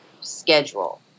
schedule